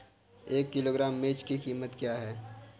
एक किलोग्राम मिर्च की कीमत क्या है?